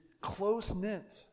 close-knit